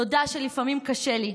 תודה על שלפעמים קשה לי,